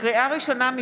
לקריאה ראשונה,